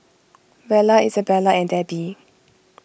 Vella Isabella and Debbi